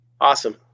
Awesome